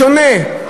בשונה,